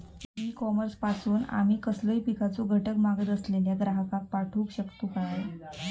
E commerce पासून आमी कसलोय पिकाचो घटक मागत असलेल्या ग्राहकाक पाठउक शकतू काय?